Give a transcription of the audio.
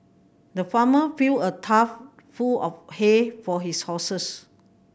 the farmer filled a trough full of hay for his horses